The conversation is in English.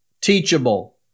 teachable